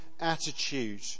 attitude